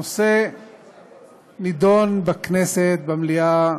הנושא נדון בכנסת, במליאה,